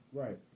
right